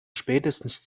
spätestens